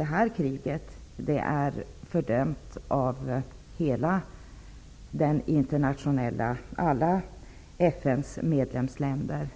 Detta krig är ju fördömt av alla FN:s medlemsländer